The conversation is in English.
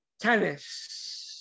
tennis